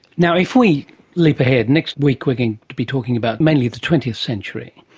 now, if we leap ahead, next week we're going to be talking about mainly the twentieth century,